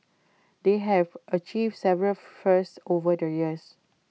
they have achieved several firsts over the years